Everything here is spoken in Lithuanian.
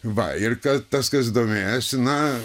va ir kad tas kas domėjosi na